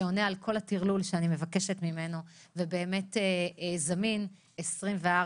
שעונה על כל הטרלול שאני מבקשת ממנו וזמין 24/6,